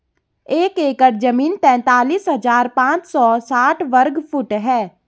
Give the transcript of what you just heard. एक एकड़ जमीन तैंतालीस हजार पांच सौ साठ वर्ग फुट है